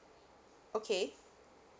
okay